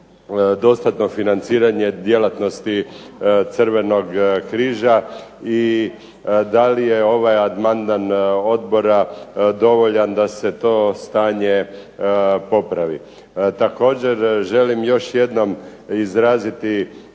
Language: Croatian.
dostatno financiranje djelatnosti Crvenog križa i da li je ovaj amandman odbora dovoljan da se to stanje popravi. Također želim još jednom izraziti